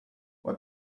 what